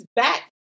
back